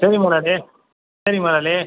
சரி முதலாளி சரிங்க முதலாளி